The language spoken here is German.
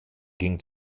ging